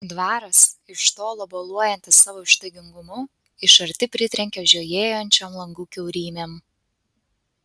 dvaras iš tolo boluojantis savo ištaigingumu iš arti pritrenkia žiojėjančiom langų kiaurymėm